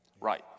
Right